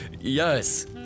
Yes